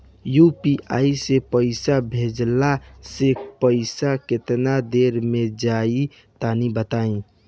UPI से पईसा भेजलाऽ से पईसा केतना देर मे जाई तनि बताई?